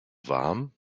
warm